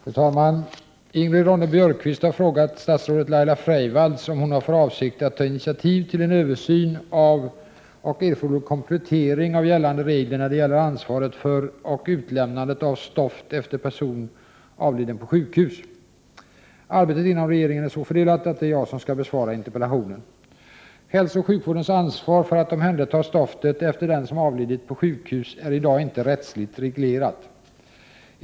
Fru talman! Ingrid Ronne-Björkqvist har frågat statsrådet Laila Freivalds om hon har för avsikt att ta initiativ till en översyn av och en erforderlig komplettering av gällande regler när det gäller ansvaret för och utlämnandet av stoft efter person avliden på sjukhus. Arbetet inom regeringen är så fördelat att det är jag som skall besvara interpellationen. Hälsooch sjukvårdens ansvar för att omhänderta stoftet efter den som avlidit på sjukhus är i dag inte rättsligt reglerat.